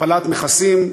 הפלת מכסים,